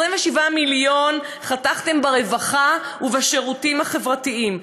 27 מיליון חתכתם מהרווחה והשירותים החברתיים,